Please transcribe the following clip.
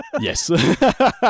Yes